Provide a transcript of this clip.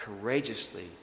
courageously